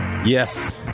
Yes